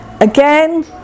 again